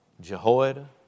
Jehoiada